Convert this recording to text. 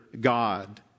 God